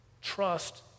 Trust